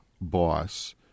boss